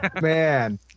man